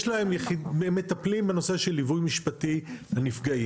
יש להם מטפלים בנושא של ליווי משפטי לנפגעים.